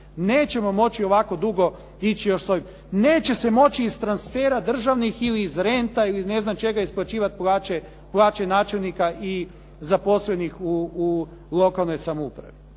Nećemo moći ovako dugo ići još s ovim. Neće se moći iz transfera državnih ili iz renta, ili ne znam čega isplaćivati plaće načelnika i zaposlenih u lokalnoj samoupravi.